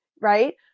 right